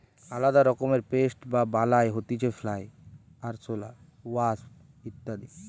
আলদা রকমের পেস্ট বা বালাই হতিছে ফ্লাই, আরশোলা, ওয়াস্প ইত্যাদি